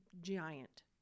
giant